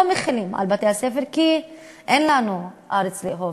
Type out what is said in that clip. מחילים על בתי-הספר כי אין לנו ארץ לאהוב,